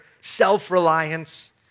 Self-reliance